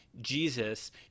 Jesus